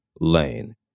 lane